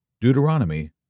Deuteronomy